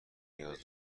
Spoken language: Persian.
نیاز